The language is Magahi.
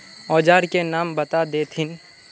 औजार के नाम बता देथिन?